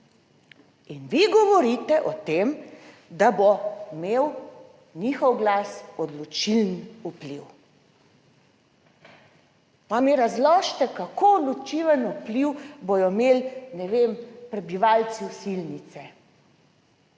in vi govorite o tem, da bo imel njihov glas odločilen vpliv. Pa mi razložite kako odločilen vpliv bodo imeli, ne vem, prebivalci Osilnice